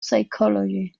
psychology